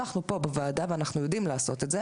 אנחנו פה בוועדה ואנחנו יודעים לעשות את זה